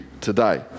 today